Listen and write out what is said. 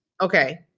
Okay